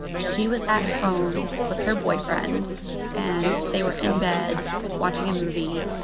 she was at home with her boyfriend and they were in bed watching a movie.